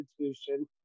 institution